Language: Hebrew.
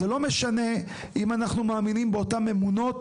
זה לא משנה אם אנחנו מאמינים באותן אמונות,